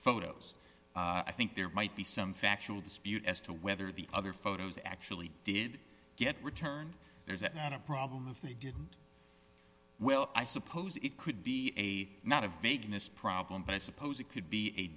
photos i think there might be some factual dispute as to whether the other photos actually did get returned there's an a problem if they didn't well i suppose it could be a not a vagueness problem but i suppose it could be a